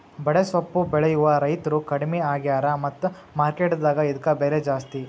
ಬಡೆಸ್ವಪ್ಪು ಬೆಳೆಯುವ ರೈತ್ರು ಕಡ್ಮಿ ಆಗ್ಯಾರ ಮತ್ತ ಮಾರ್ಕೆಟ್ ದಾಗ ಇದ್ಕ ಬೆಲೆ ಜಾಸ್ತಿ